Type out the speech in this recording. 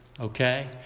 Okay